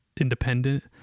independent